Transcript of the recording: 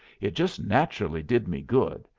it just naturally did me good,